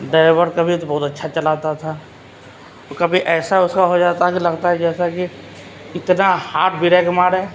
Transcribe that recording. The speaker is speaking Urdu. ڈرائیور کبھی تو بہت اچھا چلاتا تھا کبھی ایسا اس کا ہوجاتا کہ لگتا ہے جیسا کہ اتنا ہارڈ بریک مارے